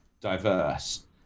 diverse